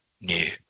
new